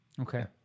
Okay